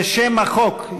לשם החוק,